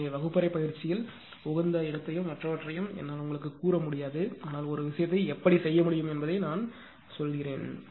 எனவே வகுப்பறை பயிற்சியில் உகந்ததையும் மற்றவற்றையும் என்னால் உங்களுக்குக் கூற முடியாது ஆனால் ஒரு விஷயத்தை எப்படிச் செய்ய முடியும் என்பதை நான் முடிவில் சொல்கிறேன்